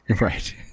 right